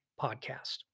podcast